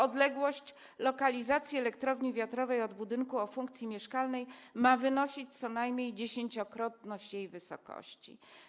Odległość lokalizacji elektrowni wiatrowej od budynku o funkcji mieszkalnej ma wynosić co najmniej dziesięciokrotność jej wysokości.